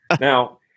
Now